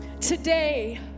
today